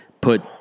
Put